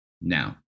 Now